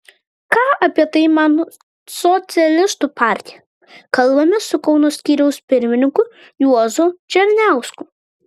ką apie tai mano socialistų partija kalbamės su kauno skyriaus pirmininku juozu černiausku